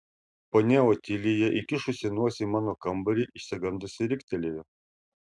ponia otilija įkišusi nosį į mano kambarį išsigandusi riktelėjo